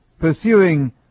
pursuing